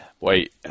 Wait